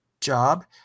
job